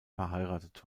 verheiratet